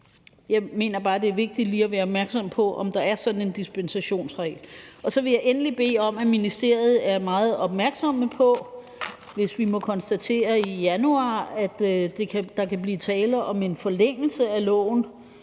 Jeg mener bare, det er vigtigt lige at være opmærksom på, om der er sådan en dispensationsregel. Endelig vil jeg bede om, at ministeriet er meget opmærksom på situationen, hvis vi må konstatere i januar, at der kan blive tale om en forlængelse af loven,